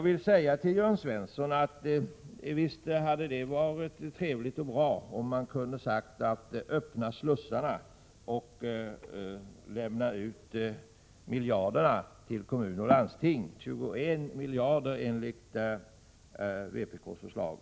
Visst hade det varit trevligt och bra om vi hade kunnat säga: Öppna slussarna och lämna ut miljarderna till kommuner och landsting —-21 miljarder enligt vpk:s förslag.